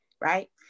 right